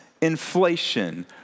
inflation